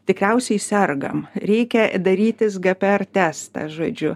tikriausiai sergam reikia darytis gpr testą žodžiu